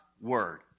Word